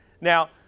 Now